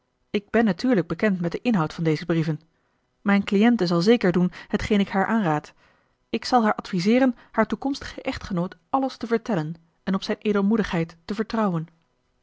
ik ben natuurlijk bekend met den inhoud van deze brieven mijn cliënte zal zeker doen hetgeen ik haar aanraad ik zal haar adviseeren haar toekomstigen echtgenoot alles te vertellen en op zijn edelmoedigheid te vertrouwen